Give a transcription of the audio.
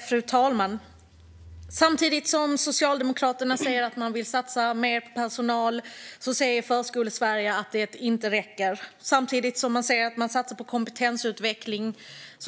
Fru talman! Samtidigt som Socialdemokraterna säger att man vill satsa mer på personal säger Förskolesverige att det inte räcker. Samtidigt som man säger att man satsar på kompetensutveckling